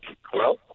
Hello